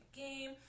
game